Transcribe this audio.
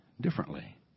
differently